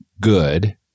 good